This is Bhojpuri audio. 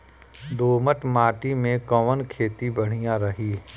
दोमट माटी में कवन खेती बढ़िया रही?